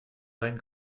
ein